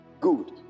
Good